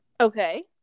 Okay